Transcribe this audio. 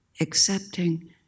accepting